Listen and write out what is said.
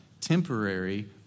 temporary